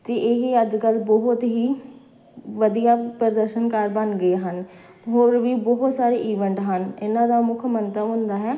ਅਤੇ ਇਹ ਅੱਜ ਕੱਲ੍ਹ ਬਹੁਤ ਹੀ ਵਧੀਆ ਪ੍ਰਦਰਸ਼ਨਕਾਰ ਬਣ ਗਏ ਹਨ ਹੋਰ ਵੀ ਬਹੁਤ ਸਾਰੇ ਈਵੈਂਟ ਹਨ ਇਹਨਾਂ ਦਾ ਮੁੱਖ ਮੰਤਵ ਹੁੰਦਾ ਹੈ